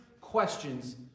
questions